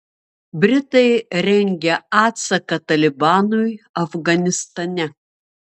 britai rengia atsaką talibanui afganistane